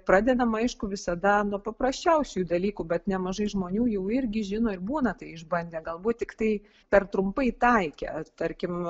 pradedam aišku visada nuo paprasčiausių dalykų bet nemažai žmonių jau irgi žino ir būna tai išbandę galbūt tiktai per trumpai taikę tarkim